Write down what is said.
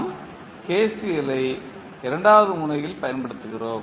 நாம் KCL ஐ இரண்டாம் முனையில் பயன்படுத்துகிறோம்